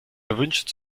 erwünscht